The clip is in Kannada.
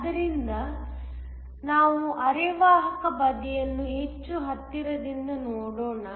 ಆದ್ದರಿಂದ ನಾವು ಅರೆವಾಹಕ ಬದಿಯನ್ನು ಹೆಚ್ಚು ಹತ್ತಿರದಿಂದ ನೋಡೋಣ